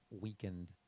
weakened